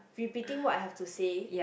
repeating what I have to say